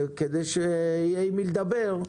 כדי שיהיה עם מי לדבר,